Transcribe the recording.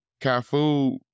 Cafu